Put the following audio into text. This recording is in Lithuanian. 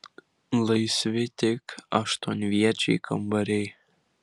laisvi tik aštuonviečiai kambariai